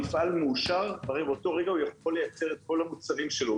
המפעל מאושר והוא יכול לייצר את כל המוצרים שלו,